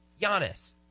Giannis